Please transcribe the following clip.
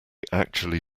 actually